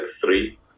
three